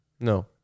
no